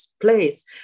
place